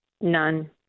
None